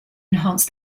enhance